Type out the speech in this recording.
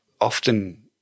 often